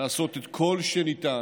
לעשות את כל שניתן